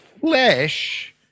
flesh